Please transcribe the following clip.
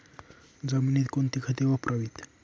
जमिनीत कोणती खते वापरावीत?